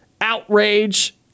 outrage